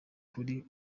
kuri